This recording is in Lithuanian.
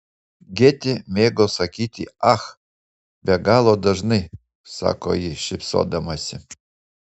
gėtė mėgo sakyti ach be galo dažnai sako ji šypsodamasi